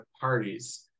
parties